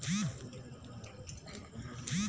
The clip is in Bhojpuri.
महीना अपने आपे तोहरे ऋण के पइसा कट जाई